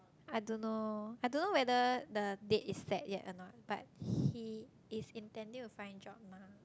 I don't know I don't know whether the date is set yet or not but he is intending to find a job mah